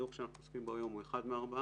הדוח שאנחנו עוסקים בו היום הוא אחד מהארבעה,